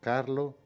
Carlo